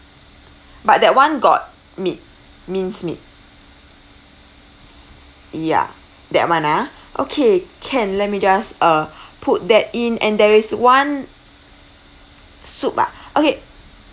but that one got meat minced meat ya that one ah okay can let me just uh put that in and there is one soup ah okay